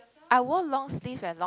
I wore long sleeve and long